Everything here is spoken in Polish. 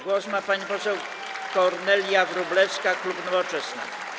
Głos ma pani poseł Kornelia Wróblewska, klub Nowoczesna.